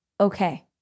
okay